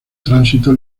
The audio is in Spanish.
tránsito